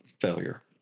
failure